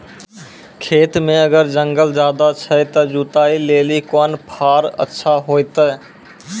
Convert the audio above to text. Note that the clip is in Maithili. खेत मे अगर जंगल ज्यादा छै ते जुताई लेली कोंन फार अच्छा होइतै?